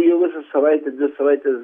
jau visą savaitę dvi savaites